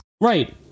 Right